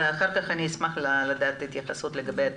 אחר כך אשמח לקבל התייחסות לעניין התקציב.